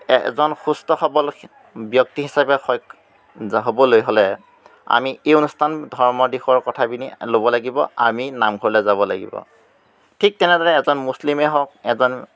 এজন সুস্থ সবল ব্যক্তি হিচাপে হ'বলৈ হ'লে আমি এই অনুষ্ঠান ধৰ্মৰ দিশৰ কথা পিনি ল'ব লাগিব আমি নামঘৰলৈ যাব লাগিব ঠিক তেনেদৰে এজন মুছলিমেই হওক এজন